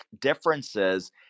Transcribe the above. differences